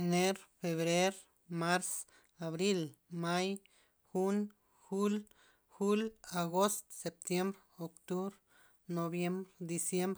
Ener febrer mars abril may jun jul agost septiem octubr noviem diciem